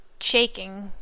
shaking